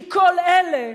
כי כל אלה,